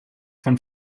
von